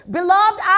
Beloved